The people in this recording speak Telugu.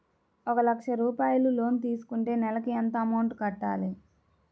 ఒక లక్ష రూపాయిలు లోన్ తీసుకుంటే నెలకి ఎంత అమౌంట్ కట్టాలి?